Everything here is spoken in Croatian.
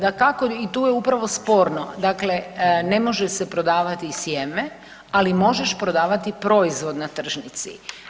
Dakako, i tu je upravo sporno, dakle ne može se prodavati sjeme ali možeš prodavat proizvod na tržnici.